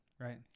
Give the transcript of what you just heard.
Right